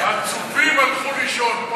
הצופים הלכו לישון.